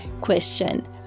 question